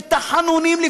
של תחנונים,